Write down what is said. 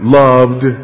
loved